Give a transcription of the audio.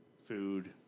food